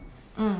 mm